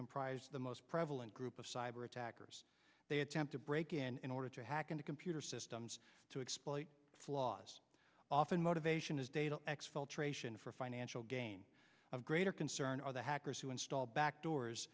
comprise the most prevalent group of cyber attackers they attempt to break in in order to hack into computer systems to exploit flaws often motivation is data exfiltration for financial gain of greater concern are the hackers who install back doors